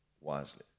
wisely